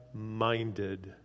minded